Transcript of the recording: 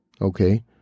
okay